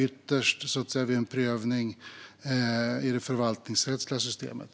Ytterst handlar detta om en prövning i det förvaltningsrättsliga systemet.